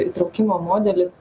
įtraukimo modelis